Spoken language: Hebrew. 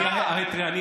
אני אתן לך את התשובה.